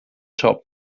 job